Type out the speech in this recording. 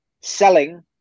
selling